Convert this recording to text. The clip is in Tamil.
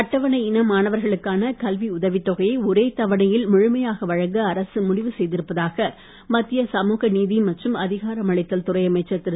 அட்டவணை இன மாணவர்களுக்கான கல்வி உதவித் தொகையை ஒரே தவணையில் முழுமையாக வழங்க அரசு உறுதி செய்திருப்பதாக மத்திய சமுக நீதி மற்றும் அதிகாரமளித்தல் துறை அமைச்சர் திரு